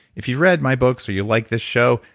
if you've read my books or you like this show,